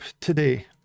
today